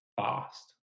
fast